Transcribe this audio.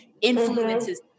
influences